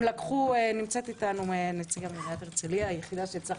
לקחו נמצאת כאן נציגת עירית הרצליה פה,